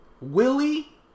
Willie